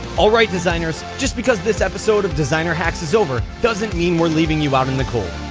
all right, designers just because this episode of designer hacks is over, doesn't mean we're leaving you out in the cold!